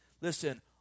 listen